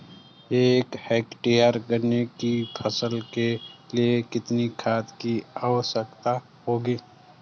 एक हेक्टेयर गन्ने की फसल के लिए कितनी खाद की आवश्यकता होगी?